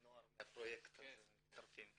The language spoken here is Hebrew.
נוער מהפרויקט מצטרף.